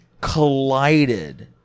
collided